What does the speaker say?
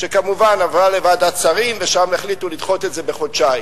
שכמובן עברה לוועדת שרים ושם החליטו לדחות את זה בחודשיים,